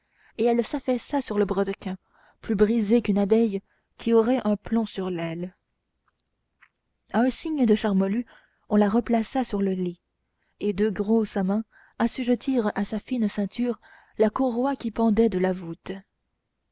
et elle s'affaissa sur le brodequin plus brisée qu'une abeille qui aurait un plomb sur l'aile à un signe de charmolue on la replaça sur le lit et deux grosses mains assujettirent à sa fine ceinture la courroie qui pendait de la voûte